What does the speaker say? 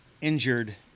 injured